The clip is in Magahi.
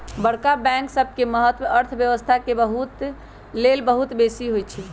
बड़का बैंक सबके महत्त अर्थव्यवस्था के लेल बहुत बेशी होइ छइ